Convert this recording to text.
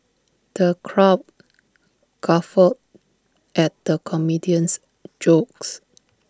the crowd guffawed at the comedian's jokes